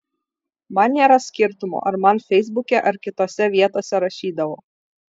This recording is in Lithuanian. man nėra skirtumo ar man feisbuke ar kitose vietose rašydavo